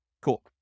Cool